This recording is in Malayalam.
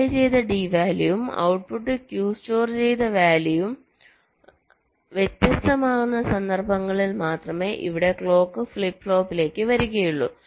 അപ്ലൈ ചെയ്ത D വാല്യൂവും ഔട്ട്പുട്ട് Q സ്റ്റോർ ചെയ്ത വാല്യൂവും വ്യത്യസ്തമാകുന്ന സന്ദർഭങ്ങളിൽ മാത്രമേ ഇവിടെ ക്ലോക്ക് ഫ്ലിപ്പ് ഫ്ലോപ്പിലേക്ക് വരികയുള്ളൂ